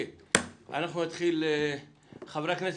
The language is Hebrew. חברי הכנסת,